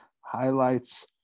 Highlights